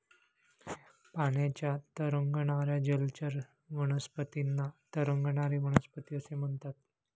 पाण्यावर तरंगणाऱ्या जलचर वनस्पतींना तरंगणारी वनस्पती असे म्हणतात